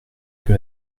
que